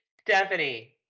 Stephanie